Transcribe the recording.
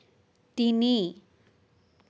তিনি